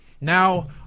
Now